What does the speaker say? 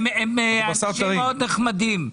הם אנשים נחמדים מאוד,